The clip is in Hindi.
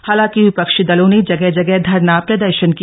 हालांकि विपक्षी दलों ने जगह जगह धरना प्रदर्शन किया